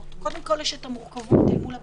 קודם כול, יש מורכבות אל מול הבדיקות.